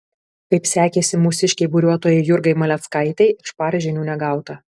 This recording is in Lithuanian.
kaip sekėsi mūsiškei buriuotojai jurgai maleckaitei iš par žinių negauta